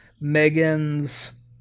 Megan's